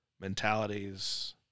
mentalities